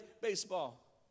baseball